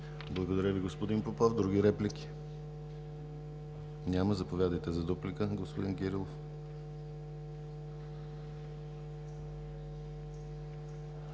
Благодаря Ви, господин Попов. Други реплики? Няма. Заповядайте за дуплика, господин Кирилов.